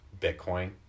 Bitcoin